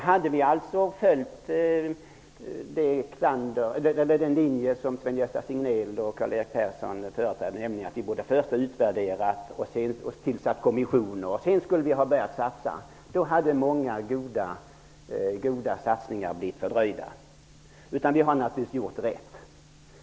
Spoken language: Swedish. Hade vi följt den linje som Sven-Gösta Signell och Karl-Erik Persson företräder, nämligen att vi först borde ha tillsatt en kommisssion och utvärderat och sedan börjat satsa, då hade många goda satsningar blivit fördröjda. Vi har naturligtvis gjort rätt.